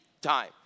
time